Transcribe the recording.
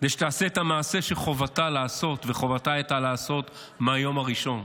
כדי שתעשה את המעשה שחובתה לעשות וחובתה הייתה לעשות מהיום הראשון.